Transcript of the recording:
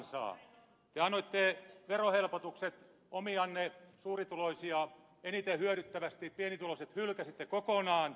te annoitte verohelpotukset omianne suurituloisia eniten hyödyttävästi pienituloiset hylkäsitte kokonaan